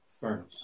furnace